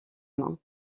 main